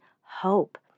hope